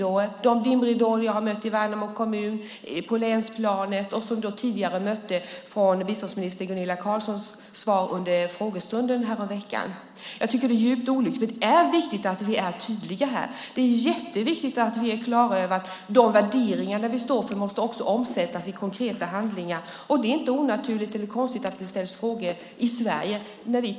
Det är samma dimridåer som jag har mött i Värnamo kommun, på länsplanet och som vi tidigare mötte i biståndsminister Gunilla Carlssons svar under frågestunden häromveckan. Jag tycker att det är djupt olyckligt. Det är viktigt att vi är klara över att de värderingar vi står för måste omsättas i konkreta handlingar. Det är inte onaturligt eller konstigt att det ställs frågor i Sverige.